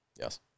Yes